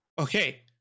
Okay